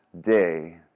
day